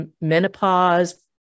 menopause